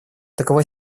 такова